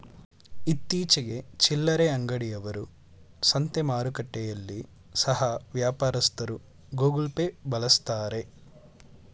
ಇತ್ತೀಚಿಗೆ ಚಿಲ್ಲರೆ ಅಂಗಡಿ ಅವರು, ಸಂತೆ ಮಾರುಕಟ್ಟೆಯಲ್ಲಿ ಸಹ ವ್ಯಾಪಾರಸ್ಥರು ಗೂಗಲ್ ಪೇ ಬಳಸ್ತಾರೆ